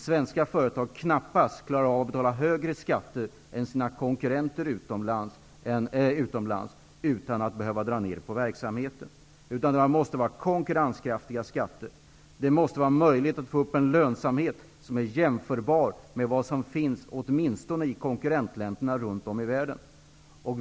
Svenska företag klarar knappast av att betala högre skatter än sina konkurrenter utomlands utan att behöva dra ner på verksamheten. Vi måste ha konkurrenskraftiga skatter. Det måste vara möjligt att skapa en lönsamhet som är jämförbar med åtminstone den som finns i konkurrentländerna runt om i världen.